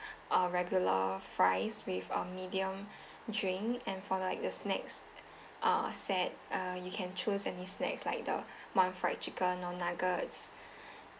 a regular fries with a medium drink and for like the snacks uh set err you can choose any snacks like the mom fried chicken or nuggets